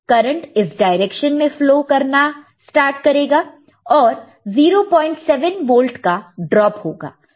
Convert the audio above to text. current इस direction में flow करना स्टार्ट करेगा और 07 वोल्ट का ड्रॉप होगा